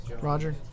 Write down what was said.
Roger